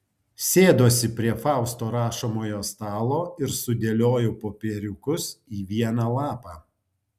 sėduosi prie fausto rašomojo stalo ir sudėlioju popieriukus į vieną lapą